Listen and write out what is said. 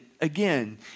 again